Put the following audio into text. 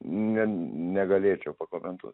ne negalėčiau pakomentuot